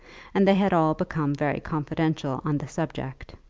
and they had all become very confidential on the subject.